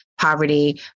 poverty